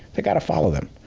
they've got to follow them.